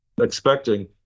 expecting